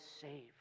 save